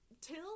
Till